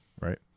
Right